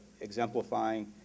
exemplifying